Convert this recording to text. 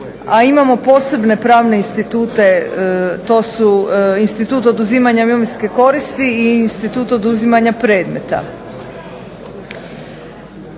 a imamo posebne pravne institute. To su institut oduzimanja imovinske koristi i institut oduzimanja predmeta.